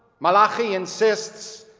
malachi insists.